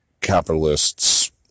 capitalists